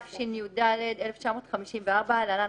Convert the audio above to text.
התשי"ד 1954‏ (להלן,